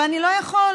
אבל אני לא יכול,